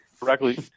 Correctly